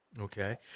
Okay